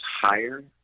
higher